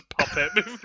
puppet